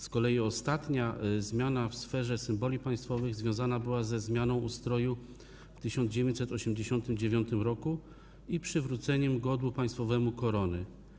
Z kolei ostatnia zmiana w sferze symboli państwowych związana była ze zmianą ustroju w 1989 r. i przywróceniem godłu państwowemu korony.